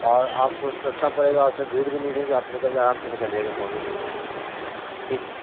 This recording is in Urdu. اور آپ کو سستا پڑے گا اس میں بھیڑ بھی نہیں رہے گی آپ نکل جائیں آرام سے نکل جائیے گا مارننگ میں ٹھیک